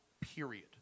period